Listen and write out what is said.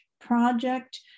project